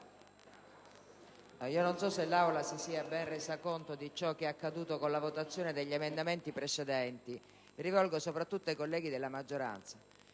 non so se l'Assemblea si sia resa conto davvero di quanto accaduto con la votazione degli emendamenti precedenti. Mi rivolgo soprattutto ai colleghi della maggioranza: